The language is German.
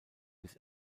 bis